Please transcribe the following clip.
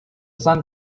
sun